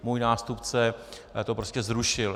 Můj nástupce to prostě zrušil.